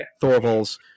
Thorvald's